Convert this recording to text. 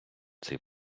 цей